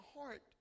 heart